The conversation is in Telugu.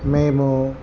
మేము